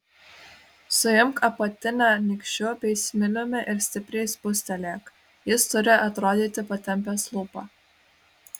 suimk apatinę nykščiu bei smiliumi ir stipriai spustelėk jis turi atrodyti patempęs lūpą